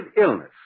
illness